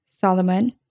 Solomon